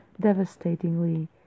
devastatingly